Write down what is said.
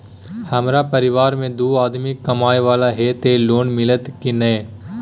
हमरा परिवार में दू आदमी कमाए वाला हे ते लोन मिलते की ने?